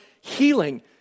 healing